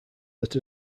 that